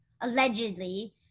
allegedly